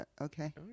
okay